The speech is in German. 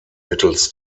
mittels